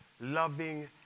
loving